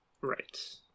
right